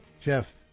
Jeff